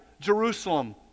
Jerusalem